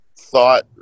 thought